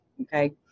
Okay